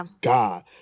God